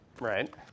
right